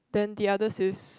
then the others is